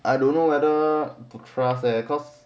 I don't know whether to trust leh cause